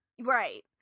Right